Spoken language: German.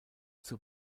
zur